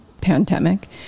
pandemic